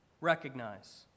recognize